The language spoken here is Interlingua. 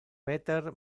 peter